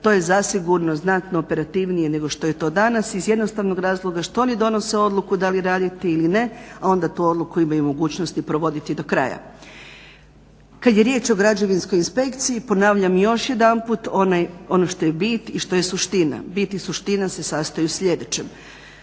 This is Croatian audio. To je zasigurno znatno operativnije nego što je to danas iz jednostavnog razloga što oni donose odluku da li raditi ili ne, a onda tu odluku imaju mogućnosti provoditi do kraja. Kada je riječ o građevinskoj inspekciji ponavljam još jedanput ono što je bit i što je suština. Bit i suština se sastoji u sljedećem.